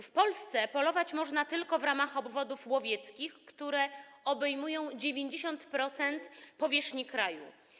W Polsce polować można tylko w ramach obwodów łowieckich, które obejmują 90% powierzchni kraju.